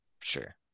Sure